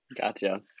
Gotcha